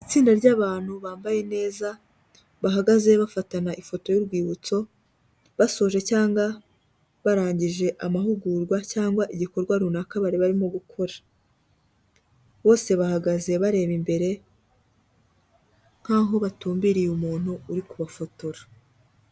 Itsinda ry'abantu bambaye neza, bahagaze bafatana ifoto y'urwibutso, basoje cyangwa barangije amahugurwa cyangwa igikorwa runaka bari barimo gukora, bose bahagaze bareba imbere nk'aho batumbereye umuntu uri kubafotora.